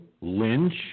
Lynch